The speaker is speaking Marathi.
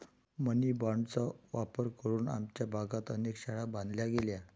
मनी बाँडचा वापर करून आमच्या भागात अनेक शाळा बांधल्या गेल्या